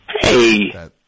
Hey